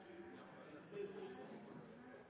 sidan. Det